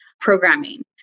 programming